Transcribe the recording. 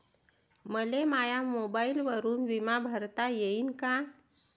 मले माया मोबाईलवरून बिमा भरता येईन का?